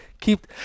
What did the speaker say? keep